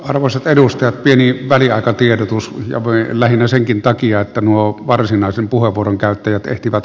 arvoisat edustajat pieni väliaikatiedotus ja voi lähinnä senkin takia että nuo varsinaisen puheenvuoron käyttäjät ehtivät